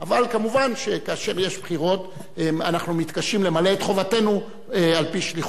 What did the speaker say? אבל מובן שכאשר יש בחירות אנחנו מתקשים למלא את חובתנו על-פי שליחות.